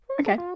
Okay